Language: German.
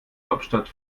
hauptstadt